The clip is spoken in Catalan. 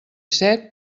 sec